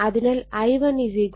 അതിനാൽ I1 I0 I2 ആയിരിക്കും